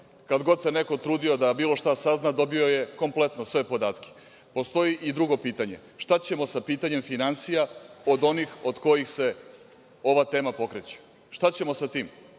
kad god se neko trudio da bilo šta sazna dobio je kompletno sve podatke, postoji i drugo pitanje - šta ćemo sa pitanjem finansija od onih od kojih se ova tema pokreće? Šta ćemo sa tim?